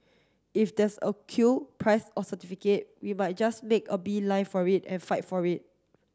if there's a queue prize or certificate we might just make a beeline for it and fight for it